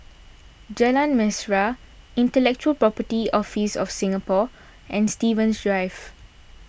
Jalan Mesra Intellectual Property Office of Singapore and Stevens Drive